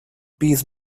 peace